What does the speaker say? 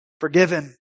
forgiven